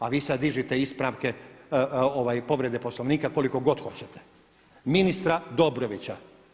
A vi sad dižite ispravke, povrede Poslovnika koliko god hoćete, ministra Dobrovića.